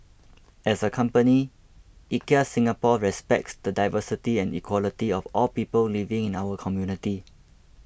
as a company IKEA Singapore respects the diversity and equality of all people living in our community